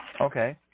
Okay